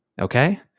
Okay